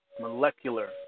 molecular